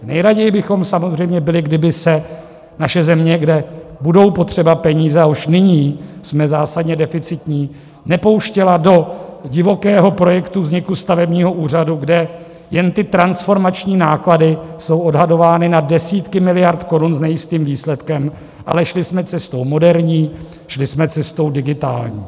Nejraději bychom samozřejmě byli, kdyby se naše země, kde budou potřeba peníze a už nyní jsme zásadně deficitní, nepouštěla do divokého projektu vzniku stavebního úřadu, kde jen ty transformační náklady jsou odhadovány na desítky miliard korun s nejistým výsledkem, ale šli jsme cestou moderní, šli jsme cestou digitální.